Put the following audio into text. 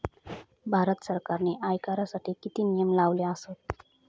भारत सरकारने आयकरासाठी किती नियम लावले आसत?